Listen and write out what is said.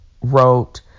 wrote